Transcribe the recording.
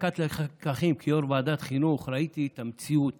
בהפקת הלקחים כיו"ר ועדת חינוך ראיתי את המציאות